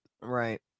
Right